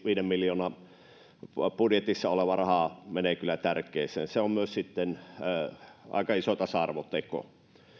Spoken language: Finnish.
viiden miljoonan budjetissa oleva raha menee kyllä tärkeään se on myös sitten aika iso tasa arvoteko